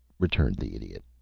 returned the idiot.